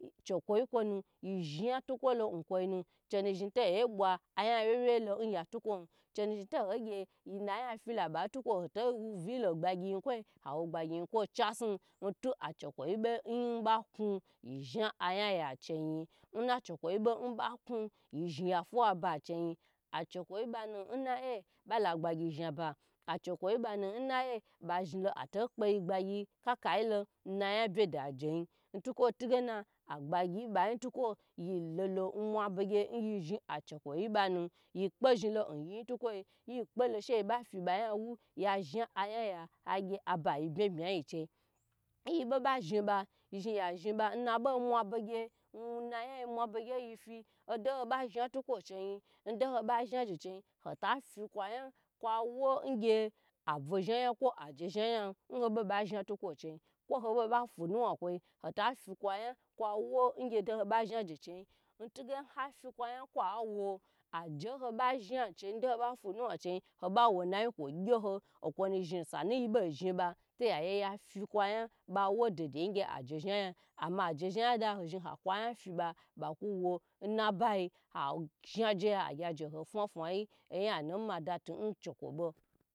Chokwo yi kwo na yi sha tukwo lo n kwoinu che nu zhi toyi bwa aya wye wye yilo nyi tukwo hoto wu viyilo na gbagyi yikwo tukwo agye kwo chasun ntuna chuko yi bo nyi sha tukwo ya cheyi nnachokwo yi bo ba ku yi zhi afuwa ba cheyi, acha kwo yi bana bala gbagyi yikwo zhaba, achokwo yi banu ba zhi lo ato kpe ya gbayyi kaka yi lo na ya bye do yin, ntukwo tu gena agbagye nbayi tukwo yilo nmwa begye nyi zhi acho kwo yi banu yi kpuzhi lo nyiyin tukwoyi yi kpolo sheyi ba fiba yan wu ya sha aya ya agye aba yi bya bya yi che nyiba zhiba yi zhi ya zhiba nabo mwa bege nnabomwaba n naya mwa bagye odo hoba zhatukwo che yi n do ha ba zha je che yi hota fi kwa yan ngye abwu zhaya kwo aje zhaiyan nhobo ba zha tukwo cheri kwo ho bo ba funuwa chei hola fi aya gye ado ho ba shaje che tige ha fikwa ya kwa wo ge aje ho ba zha che ndo hoba funuwa che hoba wo nayi kwo gye ho okwo nu sanu yibo zhi ba yi ta fi kwo yan bo wo gye aje zhaya ama aje zha ya da azhi akwa yan fi ba ba ku wo nabayi ha zha je ya hagye oyanu ma da tu cho kwo bo i